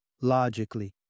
logically